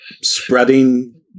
spreading